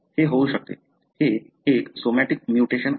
ते होऊ शकते हे एक सोमॅटिक म्युटेशन आहे